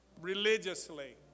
religiously